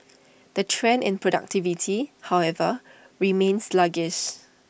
the trend in productivity however remains sluggish